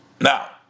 Now